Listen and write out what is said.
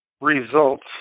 results